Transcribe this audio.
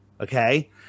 okay